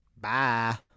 Bye